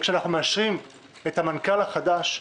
כשאנחנו מאשרים את המנכ"ל החדש,